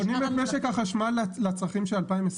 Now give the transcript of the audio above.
בונים את משק החשמל לצרכים של 2021?